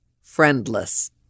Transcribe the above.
friendless